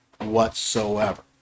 whatsoever